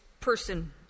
person